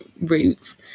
routes